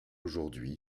aujourd’hui